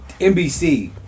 NBC